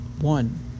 One